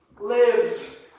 lives